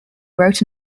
wrote